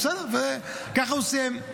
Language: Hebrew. ככה הוא סיים.